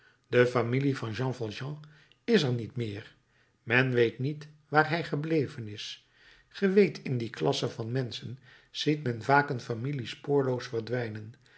de familie van jean valjean is er niet meer men weet niet waar zij gebleven is ge weet in die klasse van menschen ziet men vaak een familie spoorloos verdwijnen